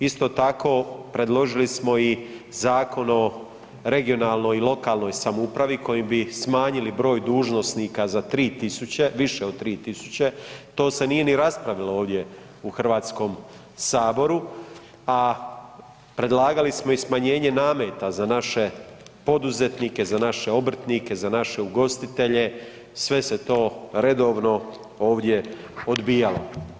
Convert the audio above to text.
Isto tako predložili smo i Zakon o regionalnoj i lokalnoj samoupravi kojim bi smanjili broj dužnosnika za 3.000 više od 3.000, to se nije ni raspravilo ovdje u Hrvatskom saboru, a predlagali smo i smanjenje nameta za naše poduzetnike, za naše obrtnike, za naše ugostitelje, sve se to redovno ovdje odbijalo.